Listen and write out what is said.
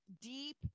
deep